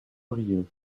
brieuc